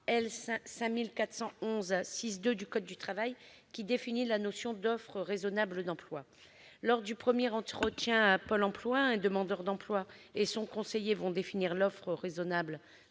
L. 5411-6-2 du code du travail, qui définit la notion d'offre raisonnable d'emploi. Lors du premier entretien à Pôle emploi, un demandeur d'emploi et son conseiller vont définir l'offre raisonnable